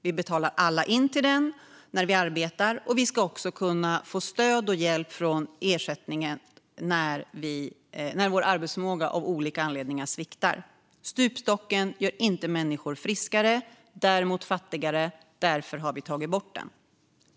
Vi betalar alla in till den när vi arbetar, och vi ska också kunna få stöd och hjälp från ersättningen när vår arbetsförmåga av olika anledningar sviktar. Stupstocken gör inte människor friskare utan däremot fattigare, och därför har den tagits bort.